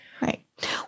Right